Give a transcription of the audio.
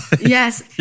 Yes